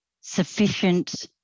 sufficient